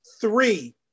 Three